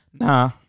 Nah